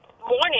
morning